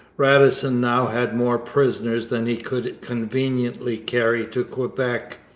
radisson now had more prisoners than he could conveniently carry to quebec.